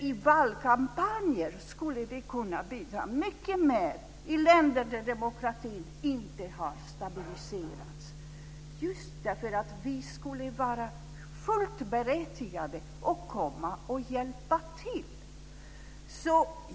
I valkampanjer skulle vi kunna bidra mycket mer i länder där demokratin inte har stabiliserats, just därför att vi skulle vara fullt berättigade att komma och hjälpa till.